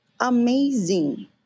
amazing